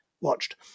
watched